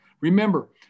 Remember